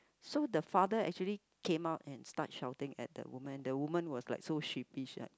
so the father actually came out and start shouting at the woman the woman was like so sheepish right